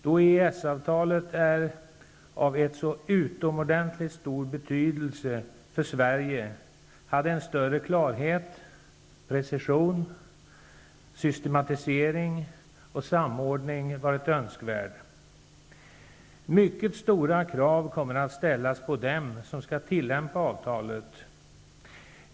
Då EES-avtalet är av en så utomordentligt stor betydelse för Sverige hade en större klarhet, precision, systematisering och samordning varit önskvärd. Mycket stora krav kommer att ställas på dem som skall tillämpa avtalet.